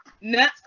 no